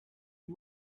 you